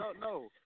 no